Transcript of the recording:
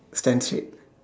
stand straight